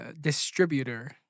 distributor